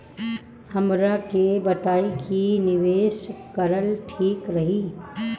हमरा के बताई की निवेश करल ठीक रही?